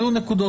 עלו נקודות.